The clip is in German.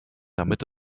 damit